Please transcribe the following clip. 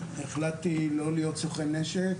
החלטתי לא להיות סוכן נשק,